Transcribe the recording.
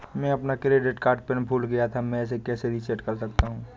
मैं अपना credit card pin भूल गया था मैं इसे कैसे रीसेट कर सकता हूँ?